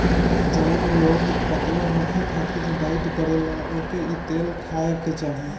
जवन लोग पतला होखे खातिर डाईट करेला ओके इ तेल खाए के चाही